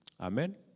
Amen